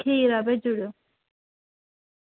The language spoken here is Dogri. खीरा भेजी ओड़ेओ